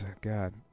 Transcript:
God